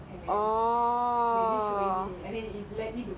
oh I just put retail job